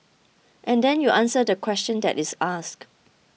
and then you answer the question that is asked